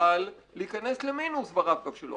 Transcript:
יוכל להיכנס למינוס ברב קו שלו.